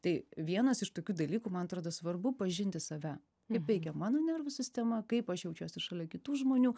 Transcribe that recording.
tai vienas iš tokių dalykų man atrodo svarbu pažinti save kaip veikia mano nervų sistema kaip aš jaučiuosi šalia kitų žmonių